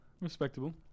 respectable